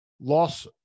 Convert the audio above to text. loss